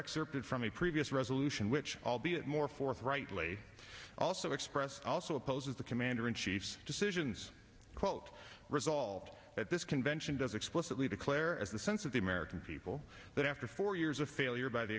excerpted from the previous resolution which albeit more forthrightly also expressed also opposes the commander in chief's decisions quote resolved that this convention does explicitly declare as the sense of the american people that after four years a failure by the